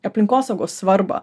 aplinkosaugos svarbą